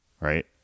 right